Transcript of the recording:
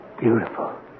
Beautiful